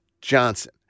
Johnson